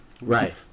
Right